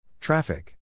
Traffic